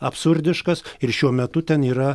absurdiškas ir šiuo metu ten yra